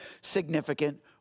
significant